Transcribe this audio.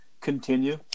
continue